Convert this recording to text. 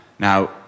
Now